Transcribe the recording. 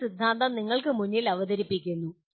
ചില സിദ്ധാന്തം നിങ്ങൾക്ക് മുന്നിൽ അവതരിപ്പിക്കുന്നു